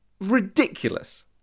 ridiculous